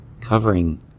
covering